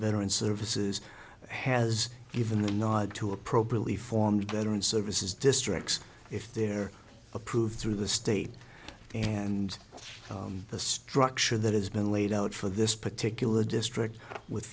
veteran services has given the nod to a properly formed veteran services districts if they're approved through the state and the structure that has been laid out for this particular district with